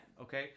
okay